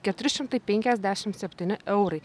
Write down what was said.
keturi šimtai penkiasdešimt septyni eurai